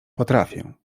potrafię